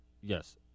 Yes